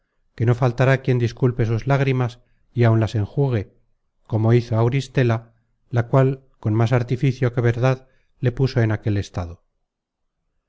que no faltará quien disculpe sus lágrimas y áun las enjugue como hizo auristela la cual con más artificio que verdad le puso en aquel estado